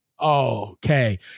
Okay